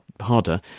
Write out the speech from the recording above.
harder